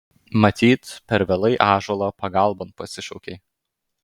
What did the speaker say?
matyt per vėlai ąžuolą pagalbon pasišaukei